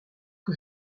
que